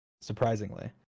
surprisingly